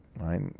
right